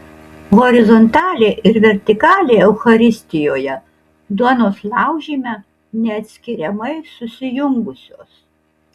horizontalė ir vertikalė eucharistijoje duonos laužyme neatskiriamai susijungusios